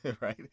right